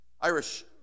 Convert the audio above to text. Irish